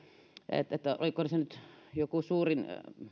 oliko se nyt että suurin